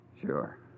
Sure